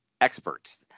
experts